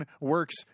works